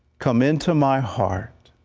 come into my heart,